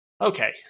okay